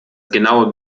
genaue